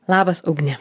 labas ugne